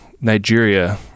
Nigeria